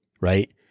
right